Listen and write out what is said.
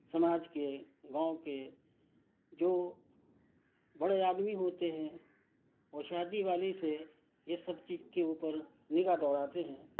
سماج کے گاؤں کے جو بڑے آدمی ہوتے ہیں وہ شادی والی سے یہ سب چیز کے اوپر نگاہ دوڑاتے ہیں